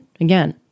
again